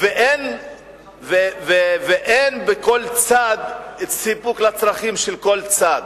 ואין בכל צד סיפוק של הצרכים של כל צד.